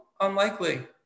unlikely